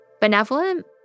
benevolent